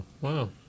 Wow